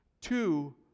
Two